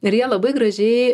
ir jie labai gražiai